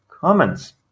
comments